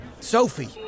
Sophie